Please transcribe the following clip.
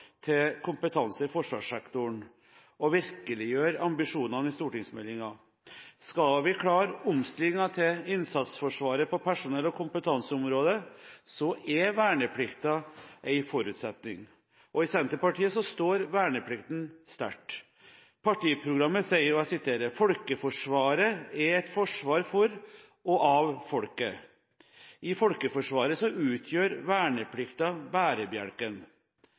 til kompetanse i forsvarssektoren og virkeliggjøre ambisjonene i stortingsmeldingen. Skal vi klare omstillingen til et innsatsforsvar på personell- og kompetanseområdet, er verneplikten en forutsetning. I Senterpartiet står verneplikten sterkt. Partiprogrammet sier: «Folkeforsvaret er et forsvar for og av folket. I folkeforsvaret utgjør verneplikten bærebjelken.»